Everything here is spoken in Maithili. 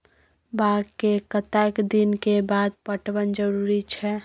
बाग के कतेक दिन के बाद पटवन जरूरी छै?